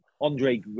Andre